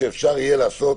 אפשר יהיה לעשות